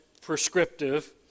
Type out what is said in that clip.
prescriptive